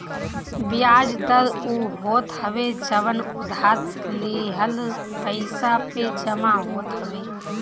बियाज दर उ होत हवे जवन उधार लिहल पईसा पे जमा होत हवे